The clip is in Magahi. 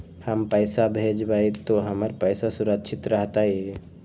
हम पैसा भेजबई तो हमर पैसा सुरक्षित रहतई?